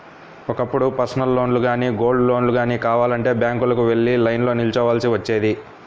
ఒకప్పుడు పర్సనల్ లోన్లు గానీ, గోల్డ్ లోన్లు గానీ కావాలంటే బ్యాంకులకు వెళ్లి లైన్లో నిల్చోవాల్సి వచ్చేది